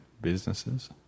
businesses